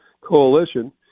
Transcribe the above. coalition